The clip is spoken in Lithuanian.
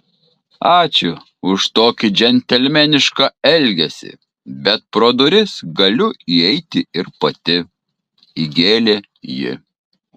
ačiū už tokį džentelmenišką elgesį bet pro duris galiu įeiti ir pati įgėlė ji